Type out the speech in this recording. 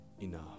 enough